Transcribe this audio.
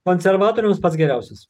konservatoriams pats geriausias